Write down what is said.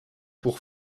pour